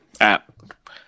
app